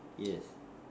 yes